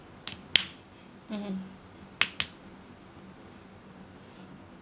mmhmm